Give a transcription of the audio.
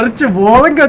ah to war and